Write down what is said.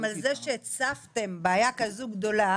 אבל אנחנו עשות כבר כמה שנים מהלך עומק מאוד יסודי עם השירות הלאומי,